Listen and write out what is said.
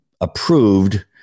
approved